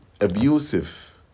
abusive